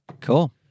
Cool